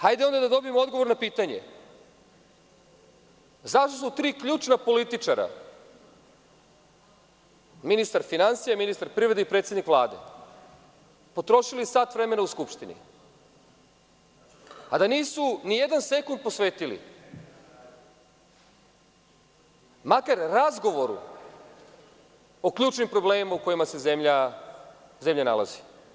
Hajde onda da dobijemo odgovor na pitanje – zašto su tri ključna političara, ministar finansija, ministar privrede i predsednik Vlade potrošili sat vremena u Skupštini, a da nisu nijedan sekund posvetili makar razgovoru o ključnim problemima u kojima se zemlja nalazi?